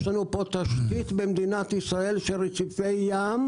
יש לנו פה תשתית במדינת ישראל של רציפי ים.